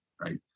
Right